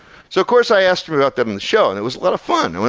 so course, i asked him about that in the show and it was a lot of fun. i went,